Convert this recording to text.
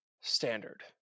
standard